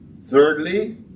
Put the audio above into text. Thirdly